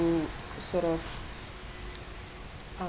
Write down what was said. sort of